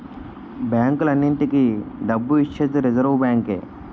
బ్యాంకులన్నింటికీ డబ్బు ఇచ్చేది రిజర్వ్ బ్యాంకే